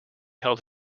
held